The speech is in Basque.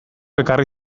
ekarri